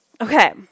Okay